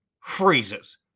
freezes